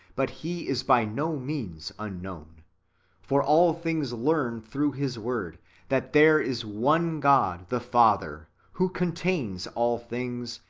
but he is by no means unknown for all things learn through his word that there is one god the father, who contains all things,